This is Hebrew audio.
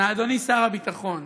אדוני שר הביטחון,